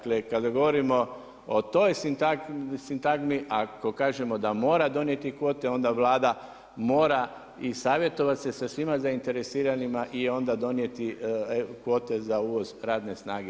Kada govorimo o toj sintagmi, ako kažemo da mora donijeti kvote, onda Vlada mora i savjetovati se sa svima zainteresiranima i onda donijeti kvote za uvoz radne snage.